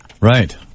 Right